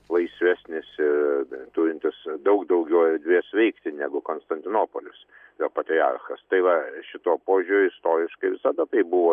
laisvesnis ir turintis daug daugiau erdvės veikti negu konstantinopolis jo patriarchas tai va šituo požiūriu istoriškai visada taip buvo